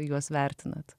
juos vertinat